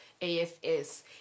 AFS